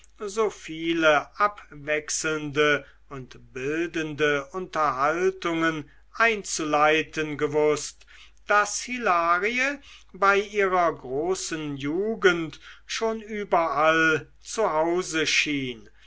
so viele abwechselnde und bildende unterhaltungen einzuleiten gewußt daß hilarie bei ihrer großen jugend schon überall zu hause schien